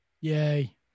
Yay